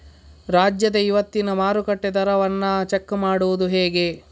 ರಾಜ್ಯದ ಇವತ್ತಿನ ಮಾರುಕಟ್ಟೆ ದರವನ್ನ ಚೆಕ್ ಮಾಡುವುದು ಹೇಗೆ?